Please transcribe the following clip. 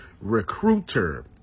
recruiter